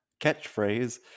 catchphrase